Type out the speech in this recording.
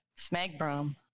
Smegbrum